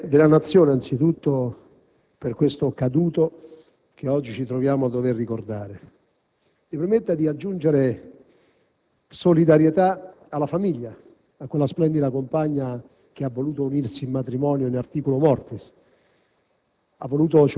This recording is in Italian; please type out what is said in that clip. al dolore della Nazione, anzitutto, per questo caduto che oggi ci troviamo a dover ricordare. Mi permetta di aggiungere solidarietà alla famiglia, a quella splendida compagna che ha voluto unirsi in matrimonio *in* *articulo mortis*,